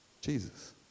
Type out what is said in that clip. Jesus